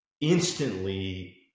instantly